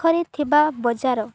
ପାଖରେ ଥିବା ବଜାର